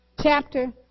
chapter